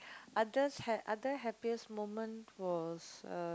others ha~ other happiest moment was uh